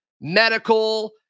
Medical